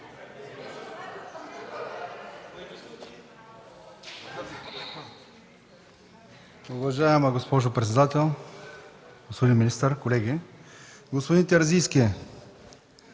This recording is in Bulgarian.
Уважаема госпожо председател, господин министър, колеги! Господин Терзийски,